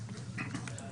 תבקשו בבקשה